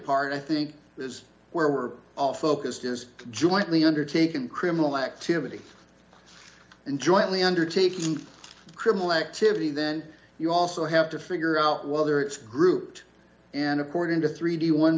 part i think is where we're all focused is jointly undertaken criminal activity and jointly undertaking criminal activity then you also have to figure out whether it's grouped and according to three d one